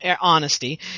honesty